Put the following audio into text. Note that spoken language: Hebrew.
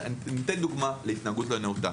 דוגמה להתנהגות לא נאותה